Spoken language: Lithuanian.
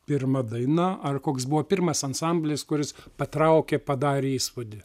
pirma daina ar koks buvo pirmas ansamblis kuris patraukė padarė įspūdį